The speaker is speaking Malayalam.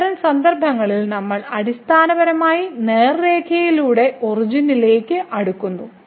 അത്തരം സന്ദർഭങ്ങളിൽ നമ്മൾ അടിസ്ഥാനപരമായി നേർരേഖയിലൂടെ ഒറിജിനിലേക്ക് അടുക്കുന്നു